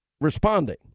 responding